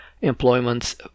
Employments